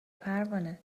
پروانه